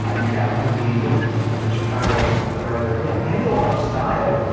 ah you got one of the, what is this? one of the chicago, something or other yeah, manual of style.